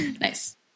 Nice